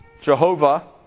Jehovah